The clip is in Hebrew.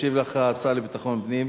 ישיב לך השר לביטחון פנים,